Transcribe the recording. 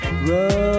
Run